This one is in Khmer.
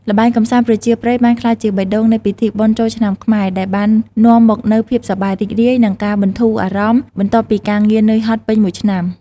ល្បែងកម្សាន្តប្រជាប្រិយបានក្លាយជាបេះដូងនៃពិធីបុណ្យចូលឆ្នាំខ្មែរ ដែលបាននាំមកនូវភាពសប្បាយរីករាយ និងការបន្ធូរអារម្មណ៍បន្ទាប់ពីការងារនឿយហត់ពេញមួយឆ្នាំ។